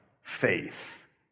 faith